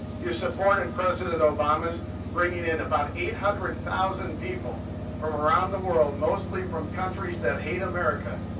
you supported president obama's bringing in about eight hundred thousand people from around the world, mostly from countries that hate america,